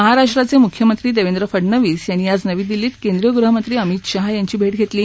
महाराष्ट्राचे मुख्यमंत्री देवेंद्र फडणवीस यांनी आज नवी दिल्लीत केंद्रीय गृहमंत्री अमित शहा यांची भेट घेतली